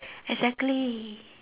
exactly